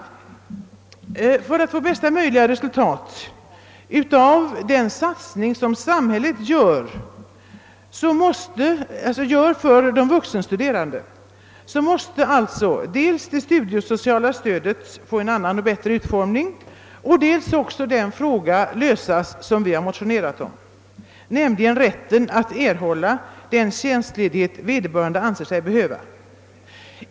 För att vi skall få bästa möjliga resultat av den satsning som samhället gör för de vuxenstuderande, måste dels det studiesociala stödet få en bättre utformning, dels den fråga lösas som vi motionerat om, nämligen frågan om rätt att erhålla den tjänstledighet vederbörande anser sig behöva.